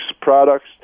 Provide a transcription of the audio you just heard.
products